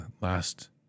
last